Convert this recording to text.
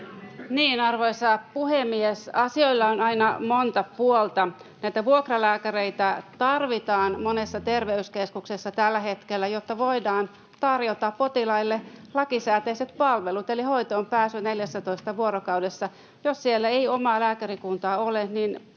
Arvoisa puhemies! Asioilla on aina monta puolta. Näitä vuokralääkäreitä tarvitaan monessa terveyskeskuksessa tällä hetkellä, jotta voidaan tarjota potilaille lakisääteiset palvelut, eli hoitoonpääsy 14 vuorokaudessa. Jos siellä ei omaa lääkärikuntaa ole, niin